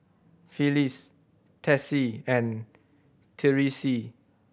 Phyliss Tessie and Tyreese